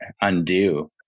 undo